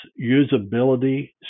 usability